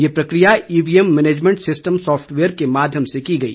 ये प्रक्रिया EVM management system software के माध्यम से की गई